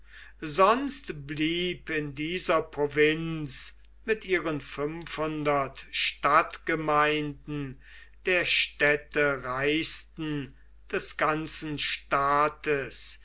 sonst blieb in dieser provinz mit ihren fünfhundert stadtgemeinden der städtereichsten des ganzen staates